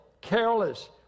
careless